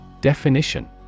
Definition